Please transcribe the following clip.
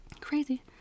Crazy